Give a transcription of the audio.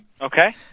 Okay